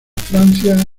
francia